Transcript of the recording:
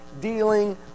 dealing